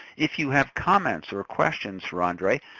if you have comments or questions for andre,